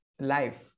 life